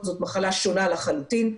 זו מחלה שונה לחלוטין.